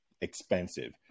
expensive